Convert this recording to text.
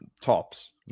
tops